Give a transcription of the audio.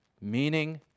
meaning